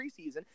preseason